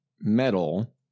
metal